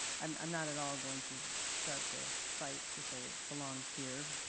i'm i'm not at all going to start the fight to say it belongs here.